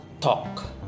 talk